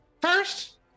First